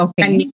Okay